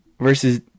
versus